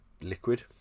Liquid